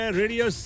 radio